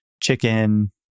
chicken